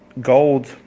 Gold